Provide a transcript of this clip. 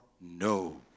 no